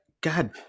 God